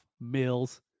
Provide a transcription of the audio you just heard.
Mills